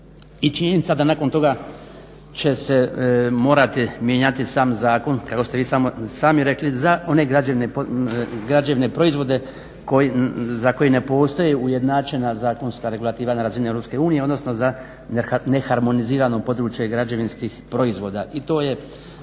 I činjenica da nakon toga će se morati mijenjati sam zakon kako ste vi sami rekli za one građevne proizvode za koji ne postoji ujednačena zakonska regulativa na razini EU, odnosno za neharmoniziranu područje građevinskih proizvoda. I to je